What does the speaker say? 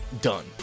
done